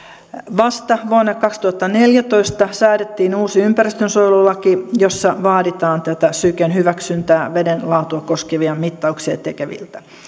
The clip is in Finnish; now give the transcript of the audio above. vasta vuonna kaksituhattaneljätoista säädettiin uusi ympäristönsuojelulaki jossa vaaditaan tätä syken hyväksyntää veden laatua koskevia mittauksia tekeviltä